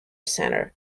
centre